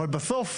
אבל בסוף,